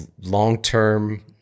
long-term